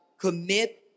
commit